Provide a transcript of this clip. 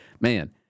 man